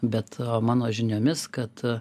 bet mano žiniomis kad